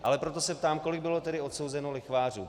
Ale proto se ptám, kolik bylo tedy odsouzeno lichvářů.